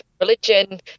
religion